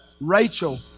Rachel